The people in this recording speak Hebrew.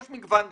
יש מגוון דרכים.